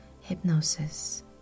hypnosis